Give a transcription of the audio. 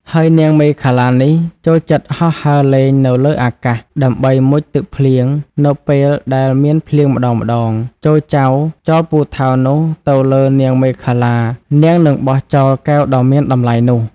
ហើយនាងមេខលានេះ ចូលចិត្តហោះហើរលេងនៅលើអាកាសដើម្បីមុជទឹកភ្លៀងនៅពេលដែលមានភ្លៀងម្តងៗ ចូរចៅចោលពូថៅនោះទៅលើនាងមេខលា នាងនឹងបោះចោលកែវដ៏មានតម្លៃនោះ។